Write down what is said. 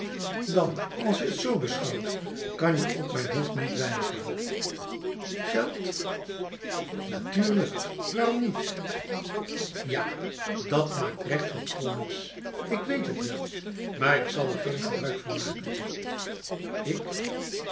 dan als je het zo beschouwt kan je ook mijn hulp niet weigeren geldf natuurlijk waarom niet ja dat maakt recht wat krom is ik weet het wel maar ik zal er geen gebruik van makenf lk